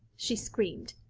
she screamed.